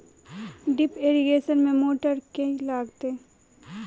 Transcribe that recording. Drip irrigation मे motor केँ लागतै?